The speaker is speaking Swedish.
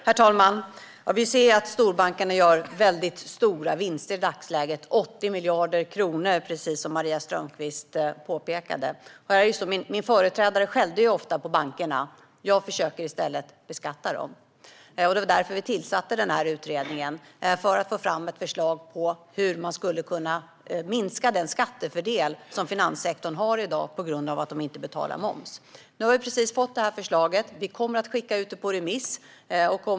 Herr talman! Vi ser, precis som Maria Strömkvist påpekade, att storbankerna gör väldigt stora vinster i dagsläget - 80 miljarder kronor. Min företrädare skällde ofta på bankerna. Jag försöker i stället beskatta dem. Vi tillsatte utredningen för att få fram ett förslag om hur man kan minska den skattefördel som finanssektorn har i dag på grund av att den inte betalar moms. Nu har vi precis fått förslaget, och vi kommer att skicka ut det på remiss.